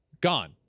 Gone